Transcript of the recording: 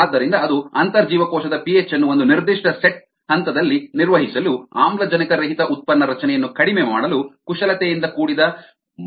ಆದ್ದರಿಂದ ಅದು ಅಂತರ್ಜೀವಕೋಶದ ಪಿಹೆಚ್ ಅನ್ನು ಒಂದು ನಿರ್ದಿಷ್ಟ ಸೆಟ್ ಹಂತದಲ್ಲಿ ನಿರ್ವಹಿಸಲು ಆಮ್ಲಜನಕರಹಿತ ಉತ್ಪನ್ನ ರಚನೆಯನ್ನು ಕಡಿಮೆ ಮಾಡಲು ಕುಶಲತೆಯಿಂದ ಕೂಡಿದ ವೇರಿಯೇಬಲ್ ಆಗಿದೆ